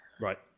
Right